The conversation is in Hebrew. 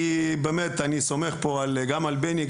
כי באמת אני סומך פה גם על בני,